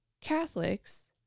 Catholics